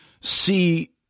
see